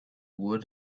would